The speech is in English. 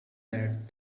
that